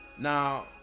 Now